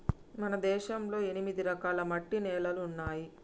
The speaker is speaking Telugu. మన దేశంలో ఎనిమిది రకాల మట్టి నేలలున్నాయి